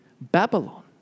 Babylon